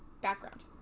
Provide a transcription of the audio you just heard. background